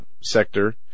sector